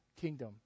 kingdom